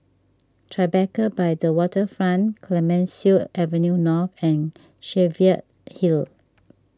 Tribeca by the Waterfront Clemenceau Avenue North and Cheviot Hill